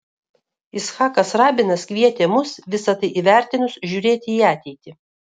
icchakas rabinas kvietė mus visa tai įvertinus žiūrėti į ateitį